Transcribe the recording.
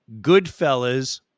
Goodfellas